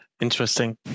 Interesting